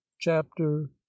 chapter